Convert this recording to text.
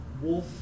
wolf